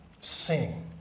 sing